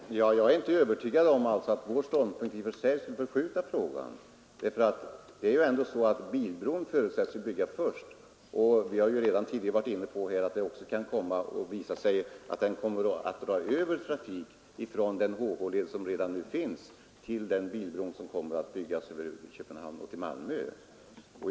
Herr talman! Jag är inte övertygad om att vår ståndpunkt i ch för sig skulle förskjuta frågan. Det förutsätts ju ändå att bilbron skall byggas först. Vi har redan tidigare varit inne på att det också kan komma att visa sig att trafik kommer att dras över från den HH-led som redan nu finns till den bilbro som kommer att byggas mellan Köpenhamn och Malmö.